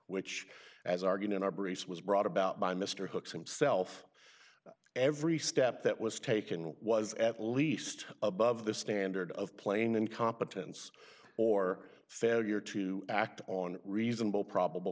which as argued in our brace was brought about by mr hooks and self every step that was taken was at least above the standard of plain incompetence or failure to act on reasonable probable